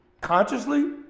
consciously